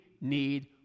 need